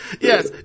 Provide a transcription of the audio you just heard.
yes